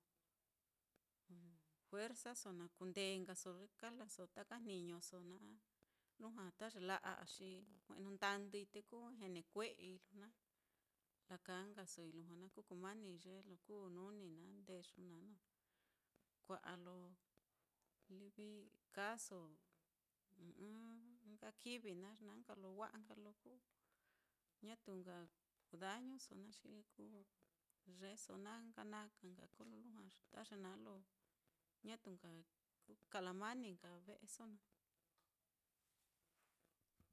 Juerzaso na kundenkaso ye kajlaso taka jniñoso naá, lujua ta ye la'a á xi jue'nu ndandui te kú ue'ei, laka nkasoi lujua naá kú kumani ye lo kuu nuni naá, ndeyu naá, wa'a lo livi kaaso ɨ́ɨ́n ɨ́ɨ́n nka kivi naá, ye na nka lo wa'a nka lo ku, ñatu nka kuu dañuso naá, yeeso na nka na ka nka, kolo lujua ta ye naá lo ñatu nka, kú kalamani nka ve'eso naá.